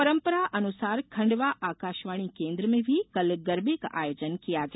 परंपरा अनुसार खंडवा आकाषवाणी केंद्र में भी कल गरबे का आयोजन किया गया